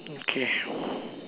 okay